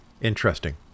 Interesting